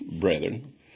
brethren